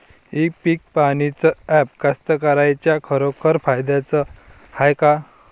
इ पीक पहानीचं ॲप कास्तकाराइच्या खरोखर फायद्याचं हाये का?